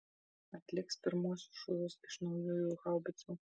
atliks pirmuosius šūvius iš naujųjų haubicų